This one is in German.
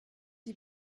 die